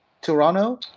Toronto